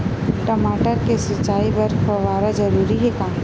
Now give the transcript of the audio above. टमाटर के सिंचाई बर फव्वारा जरूरी हे का?